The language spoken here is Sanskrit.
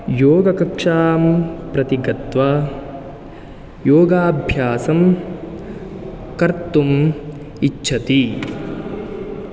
योगकक्षां प्रति गत्वा योगाभ्यासं कर्तुम् इच्छति